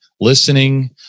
listening